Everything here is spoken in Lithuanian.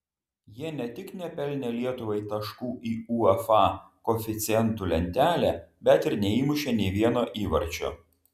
jie ne tik nepelnė lietuvai taškų į uefa koeficientų lentelę bet ir neįmušė nė vieno įvarčio